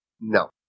No